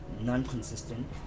non-consistent